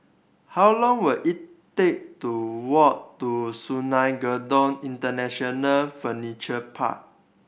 how long will it take to walk to Sungei Kadut International Furniture Park